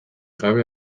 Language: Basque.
gabe